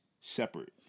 separate